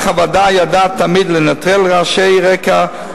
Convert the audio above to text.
אך הוועדה ידעה תמיד לנטרל רעשי רקע,